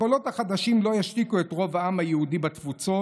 הקולות החדשים לא ישתיקו את רוב העם היהודי בתפוצות,